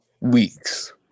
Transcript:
weeks